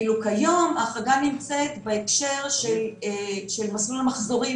ואילו היום ההחרגה נמצאת בהקשר של מסלול המחזורים,